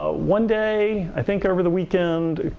ah one day, i think over the weekend,